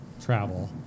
travel